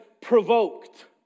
provoked